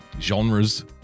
genres